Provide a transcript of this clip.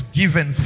given